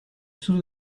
sous